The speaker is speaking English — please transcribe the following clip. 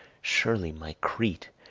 surely, my crete,